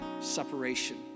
separation